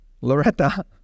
Loretta